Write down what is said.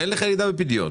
ואין לך ירידה בפדיון,